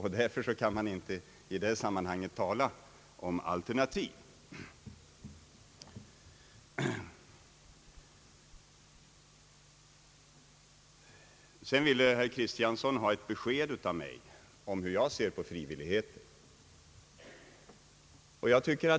Herr Axel Kristiansson ville ha besked av mig om hur jag ser på frivilligheten.